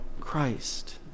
Christ